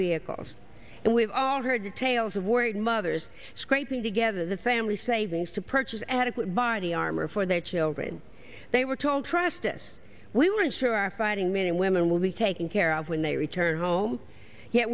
vehicles and we've all heard the tales of war and mothers scraping together the family savings to purchase adequate body armor for their children they were told trust us we weren't sure our fighting men and women will be taken care of when they return home ye